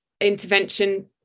intervention